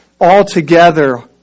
altogether